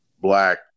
black